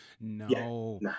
no